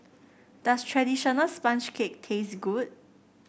does traditional sponge cake taste good